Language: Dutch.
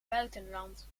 buitenland